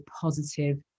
positive